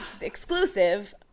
exclusive